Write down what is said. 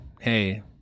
hey